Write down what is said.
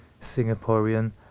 Singaporean